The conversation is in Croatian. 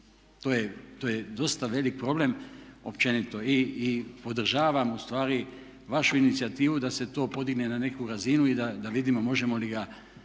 To je dosta velik problem općenito. I podržavam ustvari vašu inicijativu da se to podigne na neku razinu i da vidimo možemo li ga zajednički